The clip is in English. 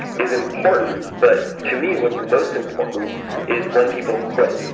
is important, but to me, what's most important is when people quit,